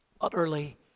utterly